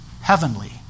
heavenly